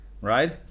right